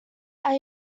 are